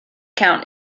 count